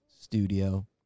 studio